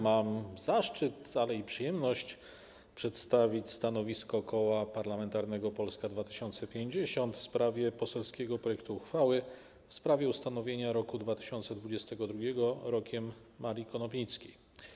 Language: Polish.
Mam zaszczyt, ale i przyjemność przedstawić stanowisko Koła Parlamentarnego Polska 2050 wobec poselskiego projektu uchwały w sprawie ustanowienia roku 2022 rokiem Marii Konopnickiej.